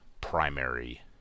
primary